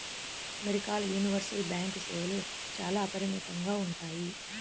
అమెరికాల universal bank సేవలు చాలా అపరిమితంగా ఉంటాయి